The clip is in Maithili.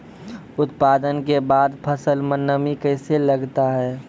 उत्पादन के बाद फसल मे नमी कैसे लगता हैं?